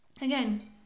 again